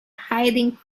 hiding